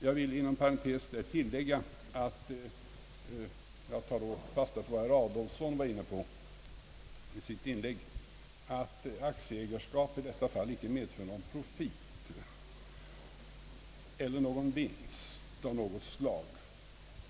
Jag vill inom parentes tillägga — jag tar då fasta på vad herr Adolfsson var inne på i sitt inlägg — att aktieägarskapet i detta fall äcke medför någon profit eller någon vinst av något slag.